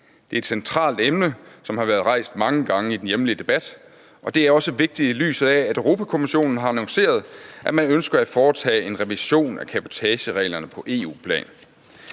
Det er et centralt emne, som har været rejst mange gange i den hjemlige debat, og det er også vigtigt, i lyset af at Europa-Kommissionen har annonceret, at man ønsker at foretage en revision af cabotagereglerne på EU-plan.